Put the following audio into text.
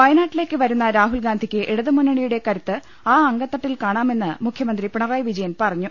വയനാട്ടിലേക്ക് വരുന്ന രാഹുൽഗാന്ധിക്ക് ഇടതുമുന്നണിയുടെ കരുത്ത് ആ അങ്കത്തട്ടിൽ കാണാമെന്ന് മുഖ്യമന്ത്രി പിണറായി വി ജയൻ പറഞ്ഞു